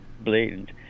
blatant